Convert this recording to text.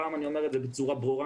הפעם אני אומר את זה בצורה ברורה,